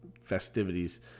festivities